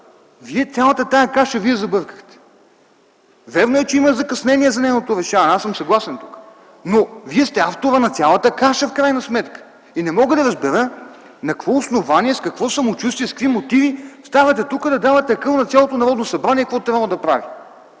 Цялата тази каша Вие я забъркахте. Вярно е, че има закъснение за нейното решаване. Аз съм съгласен с това, но Вие сте авторът на цялата каша в крайна сметка и не мога да разбера на какво основание, с какво самочувствие, с какви мотиви ставате тук да давате акъл на цялото Народно събрание какво трябвало да прави.